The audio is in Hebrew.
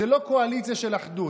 זו לא קואליציה של אחדות.